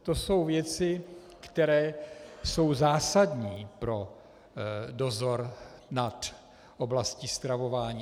To jsou věci, které jsou zásadní pro dozor nad oblastí stravování.